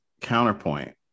counterpoint